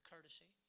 Courtesy